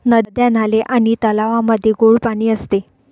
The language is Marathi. नद्या, नाले आणि तलावांमध्ये गोड पाणी असते